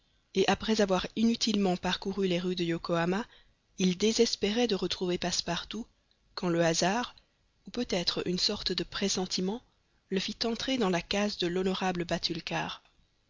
et après avoir inutilement parcouru les rues de yokohama il désespérait de retrouver passepartout quand le hasard ou peut-être une sorte de pressentiment le fit entrer dans la case de l'honorable batulcar